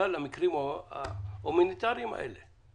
למקרים ההומניטריים האלה.